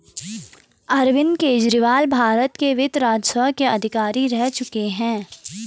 अरविंद केजरीवाल भारत के वित्त राजस्व के अधिकारी रह चुके हैं